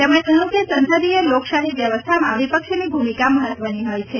તેમણે કહ્યું કે સંસદીય લોકશાહી વ્યવસ્થામાં વિપક્ષની ભૂમિકા મહત્ત્વની હોય છે